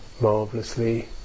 marvelously